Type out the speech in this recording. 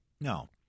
No